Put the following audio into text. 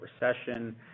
Recession